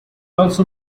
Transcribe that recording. also